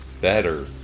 better